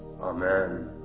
Amen